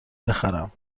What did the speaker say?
بخرم